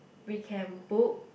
we can book